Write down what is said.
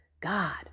God